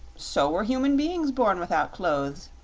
so were human beings born without clothes,